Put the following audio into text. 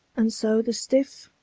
and so the stiff,